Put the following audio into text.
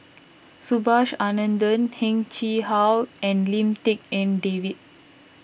Subhas Anandan Heng Chee How and Lim Tik En David